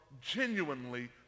genuinely